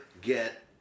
Get